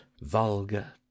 vulgar